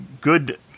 good